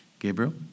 Gabriel